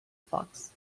fox